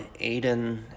Aiden